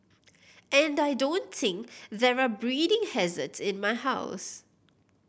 and I don't think there are breeding hazards in my house